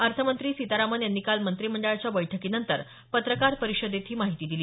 अर्थमंत्री सीतारामन यांनी काल मंत्रिमंडळाच्या बैठकीनंतर पत्रकार परिषदेत ही माहिती दिली